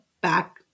back